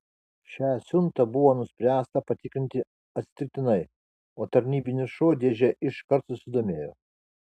šią siuntą buvo nuspręsta patikrinti atsitiktinai o tarnybinis šuo dėže iškart susidomėjo